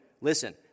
Listen